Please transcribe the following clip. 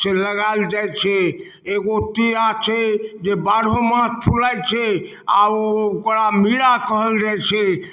से लगायल जाइ छै एगो तीरा छै जे बारहोमास फुलाइ छै आओर ओ ओकरा मीरा कहल जाइ छै